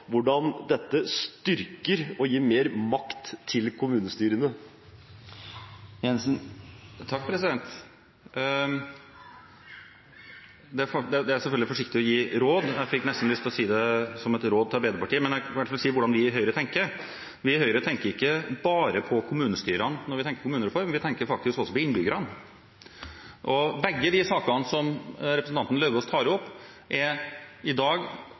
hvordan dette styrker og gir mer makt til kommunestyrene. Jeg er selvfølgelig forsiktig med å gi råd, men jeg fikk nesten lyst til å si det som et råd til Arbeiderpartiet. Jeg kan i hvert fall si hvordan vi i Høyre tenker. Vi i Høyre tenker ikke bare på kommunestyrene når vi tenker kommunereform; vi tenker faktisk også på innbyggerne. Begge de sakene som representanten Lauvås tar opp, er i dag